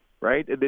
right